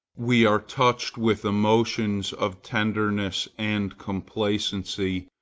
we are touched with emotions of tenderness and complacency,